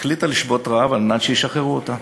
היא החליטה לשבות רעב כדי שישחררו אותה.